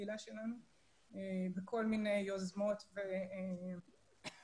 הקהילה שלנו בכל מיני יוזמות וממשקים.